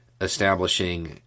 establishing